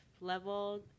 level